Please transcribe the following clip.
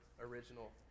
original